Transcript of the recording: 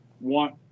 want